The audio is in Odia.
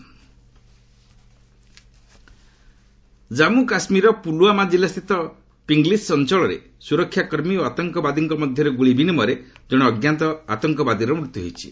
J and K killed Jammu କାଶ୍ମୀରର ପୁଲଓ୍ୱାମା ଜିଲ୍ଲାସ୍ଥିତ ପିଙ୍ଗଲିଶ୍ ଅଞ୍ଚଳରେ ସୁରକ୍ଷାକର୍ମୀ ଓ ଆତଙ୍କବାଦୀଙ୍କ ମଧ୍ୟରେ ଗୁଳି ବିନିମୟରେ ଜଣେ ଅଜ୍ଞାତ ଆତଙ୍କବାଦୀର ମୃତ୍ୟୁ ହୋଇଛି